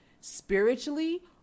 spiritually